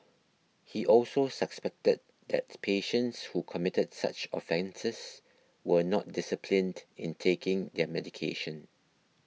he also suspected that patients who committed such offences were not disciplined in taking their medication